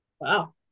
Wow